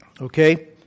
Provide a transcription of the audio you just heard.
okay